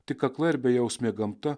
tik akla ir bejausmė gamta